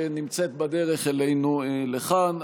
שנמצאת בדרך אלינו לכאן,